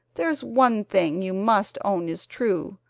there's one thing you must own is true,